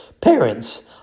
Parents